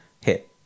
hit